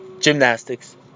gymnastics